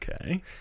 Okay